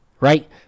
right